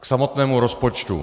K samotnému rozpočtu.